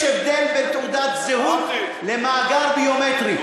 יש הבדל בין תעודת זהות למאגר ביומטרי.